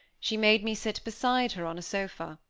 she made me sit beside her on a sofa.